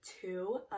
two